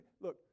look